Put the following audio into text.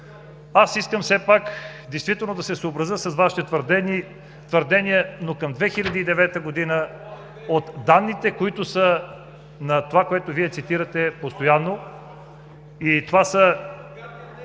аз искам все пак действително да се съобразя с Вашите твърдения. Но към 2009 г. от данните, които са на това, което Вие цитирате постоянно,